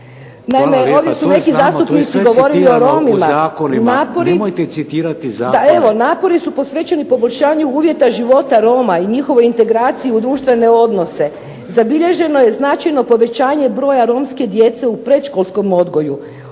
zakone. **Sumrak, Đurđica (HDZ)** Da, evo napori su posvećeni poboljšanju uvjeta života Roma i njihovoj integraciji u društvene odnose, zabilježeno je značajno povećanje broja romske djece u predškolskom odgoju,